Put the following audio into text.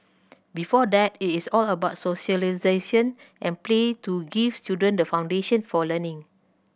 before that it is all about socialisation and play to give children the foundation for learning